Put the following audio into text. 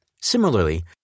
Similarly